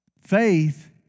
faith